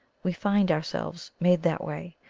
we find ourselves made that way,